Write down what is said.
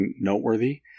noteworthy